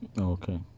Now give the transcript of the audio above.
Okay